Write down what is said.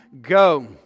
go